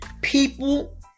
people